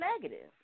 negative